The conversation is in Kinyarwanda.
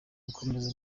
gukomeza